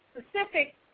specific